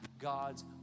God's